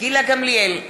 גילה גמליאל,